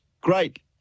great